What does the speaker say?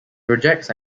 projects